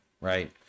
right